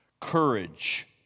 courage